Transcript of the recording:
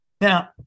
Now